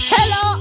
Hello